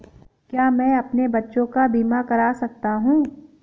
क्या मैं अपने बच्चों का बीमा करा सकता हूँ?